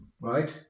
right